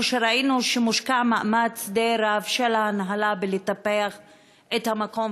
ראינו שמושקע שם מאמץ די רב של ההנהלה בטיפוח המקום,